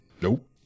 nope